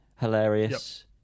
Hilarious